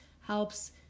helps